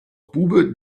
bube